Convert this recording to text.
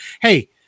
hey